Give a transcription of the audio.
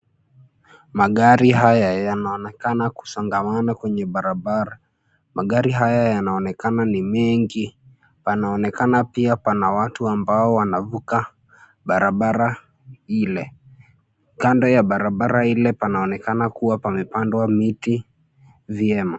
Magari haya yanaonekana kusongamana kwenye barabara. Magari haya yanaonekana ni mengi. Panaonekana pia pana watu ambao wanavuka barabara ile. Kando ya barabara ile panaonekana kuwa pamepandwa miti vyema.